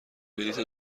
بلیت